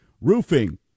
Roofing